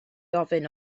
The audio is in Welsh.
ofyn